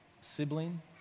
sibling